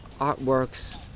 artworks